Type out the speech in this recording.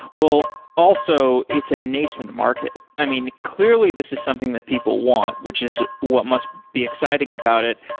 well, also, it's a nascent market. i mean, clearly this is something that people want, which is what must be exciting about it,